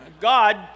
God